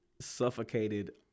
suffocated